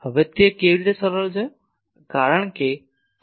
હવે તે કેવી રીતે સરળ છે